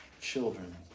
children